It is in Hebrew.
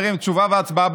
הבאה.